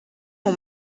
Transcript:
mon